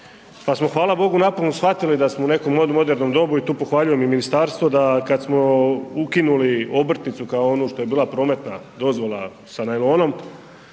pa smo hvala Bogu napokon shvatili da smo u nekom modernom dobu i tu pohvaljujem i ministarstvo da kad smo ukinuli obrtnicu kao onu što je bila prometna dozvola sa najlonom,